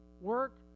Work